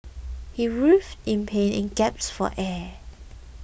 he writhed in pain and gaps for air